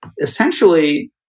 essentially